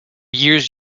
years